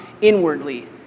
inwardly